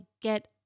get